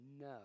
no